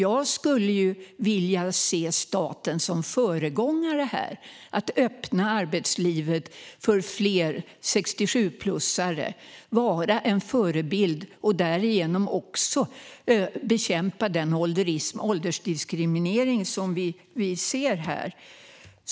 Jag skulle ju vilja att staten var en föregångare genom att öppna arbetslivet för fler 67-plussare, vara en förebild och därigenom också bekämpa den ålderism och åldersdiskriminering som vi ser här.